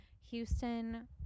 houston